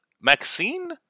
maxine